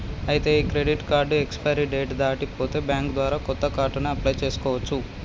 ఐతే ఈ credit card expiry date దాటి పోతే బ్యాంక్ ద్వారా కొత్త కార్డుని అప్లయ్ చేసుకోవచ్చు